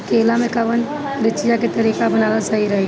केला में कवन सिचीया के तरिका अपनावल सही रही?